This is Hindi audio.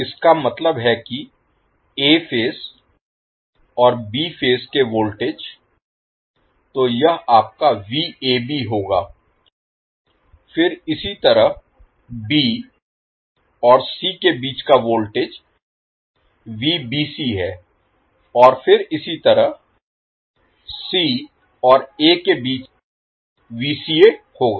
इसका मतलब है कि a फेज और b फेज के बीच वोल्टेज तो यह आपका होगा फिर इसी तरह b और c के बीच का वोल्टेज है और फिर इसी तरह c और a के बीच होगा